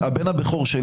הבן הבכור --- אביחי,